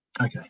Okay